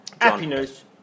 happiness